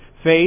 Faith